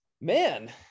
Man